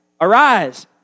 Arise